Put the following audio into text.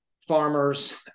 farmers